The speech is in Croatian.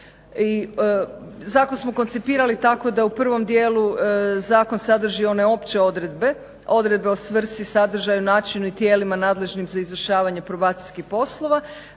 zakon smo koncipirali tako da u prvom dijelu zakon sadrži one opće odredbe, odredbe o svrsi, sadržaju, načinu i tijelima nadležnim za izvršavanje probacijskih poslova.